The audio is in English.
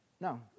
No